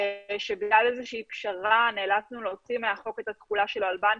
בגלל איזושהי פשרה נאלצנו להוציא מהחוק את התחולה שלו על בנקים,